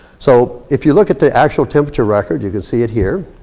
so, if you look at the actual temperature record. you can see it here.